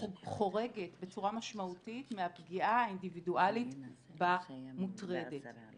חורגת בצורה משמעותית מהפגיעה האינדיבידואלית במוטרדת